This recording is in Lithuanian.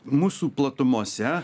mūsų platumose